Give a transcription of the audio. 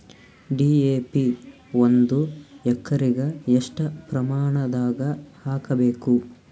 DAP ಒಂದು ಎಕರಿಗ ಎಷ್ಟ ಪ್ರಮಾಣದಾಗ ಹಾಕಬೇಕು?